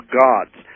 gods